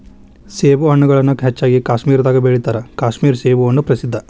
ಸೇಬುಹಣ್ಣುಗಳನ್ನಾ ಹೆಚ್ಚಾಗಿ ಕಾಶ್ಮೇರದಾಗ ಬೆಳಿತಾರ ಕಾಶ್ಮೇರ ಸೇಬುಹಣ್ಣು ಪ್ರಸಿದ್ಧ